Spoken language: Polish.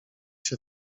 się